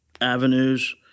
avenues